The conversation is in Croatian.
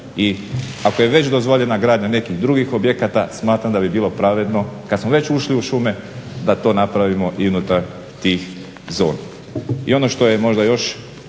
i ako je već dozvoljena gradnja nekih drugih objekata smatram da bi bilo pravedno, kad smo već ušli u šume da to napravimo i unutar tih zona. I ono što je možda još